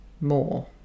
more